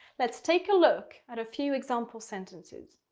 let's take a look at a few examples sentences.